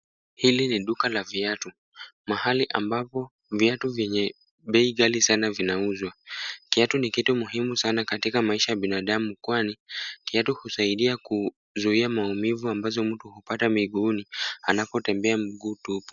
Hili ni duka la viatu. Mahali ambapo viatu vyenye bei ghali sana vinauzwa. Kiatu ni kitu muhimu sana katika maisha ya binadamu kwani, kiatu husaidia kuzuia maumivu ambazo mtu hupata miguuni anapotembea miguu tupu.